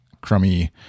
crummy